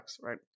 right